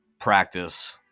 practice